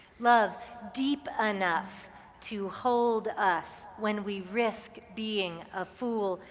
love deep enough to hold us when we risk being a fool,